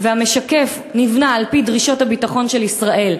והמשקף נבנה על-פי דרישות הביטחון של ישראל,